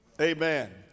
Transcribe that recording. Amen